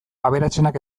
aberatsenak